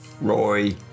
Roy